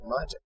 magic